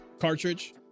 cartridge